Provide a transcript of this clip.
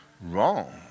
Wrong